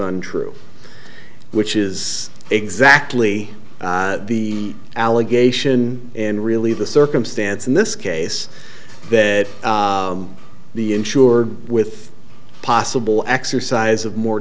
untrue which is exactly the allegation and really the circumstance in this case that the insured with possible exercise of more